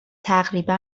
تقریبا